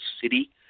city